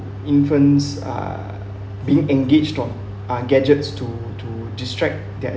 infants are being engaged on uh gadgets to to distract their